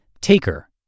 Taker